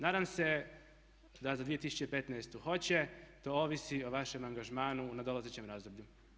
Nadam se da za 2015. hoće, to ovisi o vašem angažmanu u nadolazećem razdoblju.